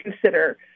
consider